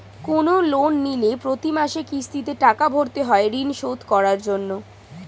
কোন লোন নিলে প্রতি মাসে কিস্তিতে টাকা ভরতে হয় ঋণ শোধ করার জন্য